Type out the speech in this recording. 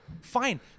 fine